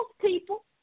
people